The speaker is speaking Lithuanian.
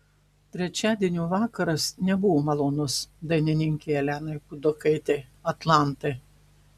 trečiadienio vakaras nebuvo malonus dainininkei elenai puidokaitei atlantai